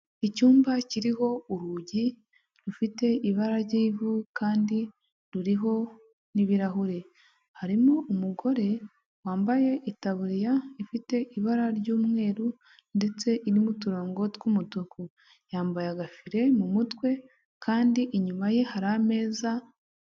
icyumba kiriho urugi rufite ibara ry'ivu kandi ruriho n'ibirahure, harimo umugore wambaye itaburiya ifite ibara ry'umweru ndetse irimo uturango tw'umutuku, yambaye agafiri mu mutwe kandi inyuma ye hari ameza.